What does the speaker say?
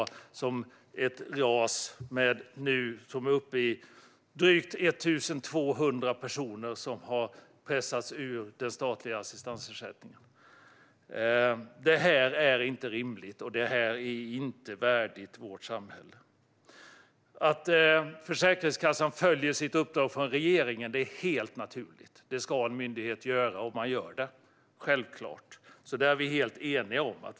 Det är ett ras som nu är uppe i drygt 1 200 personer som har pressats ur den statliga assistansersättningen. Detta är inte rimligt, och det är inte värdigt vårt samhälle. Att Försäkringskassan följer sitt uppdrag från regeringen är helt naturligt. Det ska en myndighet göra, och man gör det självklart. Det är vi helt eniga om.